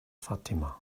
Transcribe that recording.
fatima